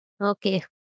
Okay